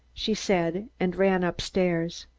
she said, and ran up-stairs.